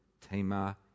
Tamar